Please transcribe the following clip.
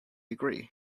agree